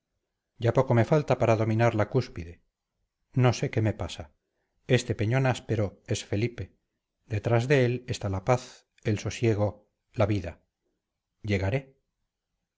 y espantable abismo ya poco me falta para dominar la cúspide no sé qué me pasa este peñón áspero es felipe detrás de él está la paz el sosiego la vida llegaré